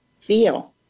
feel